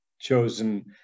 chosen